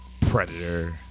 Predator